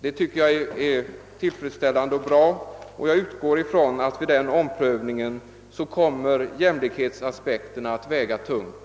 Det tycker jag är tillfredsställande, och jag utgår från att jämlikhetsaspekterna kommer att väga tungt vid den omprövningen.